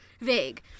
Vague